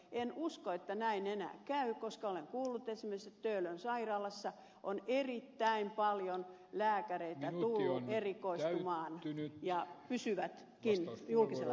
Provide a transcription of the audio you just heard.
en usko että näin enää käy koska olen kuullut että esimerkiksi töölön sairaalaan on erittäin paljon lääkäreitä tullut erikoistumaan ja he pysyvätkin julkisella puolella